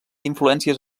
influències